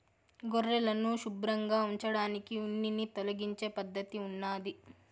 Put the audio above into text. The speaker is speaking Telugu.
గొర్రెలను శుభ్రంగా ఉంచడానికి ఉన్నిని తొలగించే పద్ధతి ఉన్నాది